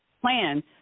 plan